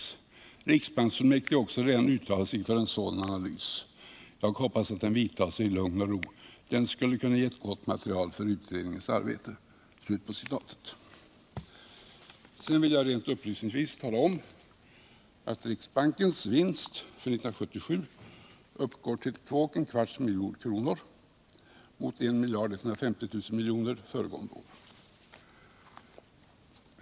Riksbanksfullmäktige har också redan uttalat sig för en sådan analys. Jag hoppas att den vidtas i lugn och ro. Den skulle kunna ge ett gou material för utredningens arbete.” Sedan vill jag rent upplysningsvis tala om att riksbankens vinst för 1977 uppgår till 2 250 000 kr. mot I 1350 000 000 kr. föregående år.